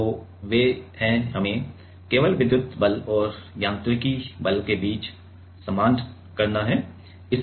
तो वे हैं हमें केवल विद्युत बल और यांत्रिक बल के बीच समान करना है